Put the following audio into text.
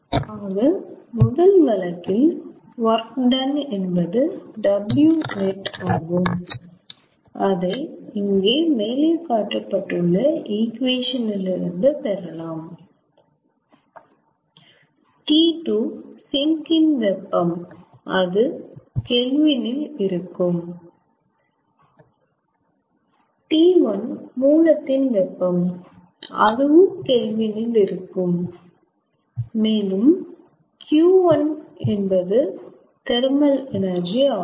ஆக முதல் வழக்கில் ஒர்க் டன் என்பது W நெட் ஆகும் அதை இந்த மேலே காட்டப்பட்டுள்ள ஈகுவேஷன் இல் இருந்து பெறலாம் T2 சிங்க் இன் வெப்பம் அது கெல்வின் இல் இருக்கும் T1 மூலத்தின் வெப்பம் அதுவும் கெல்வின் இல் இருக்கும் மேலும் Q1 இருக்கும் தெர்மல் எனர்ஜி ஆகும்